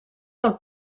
del